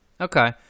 Okay